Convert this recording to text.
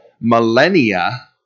millennia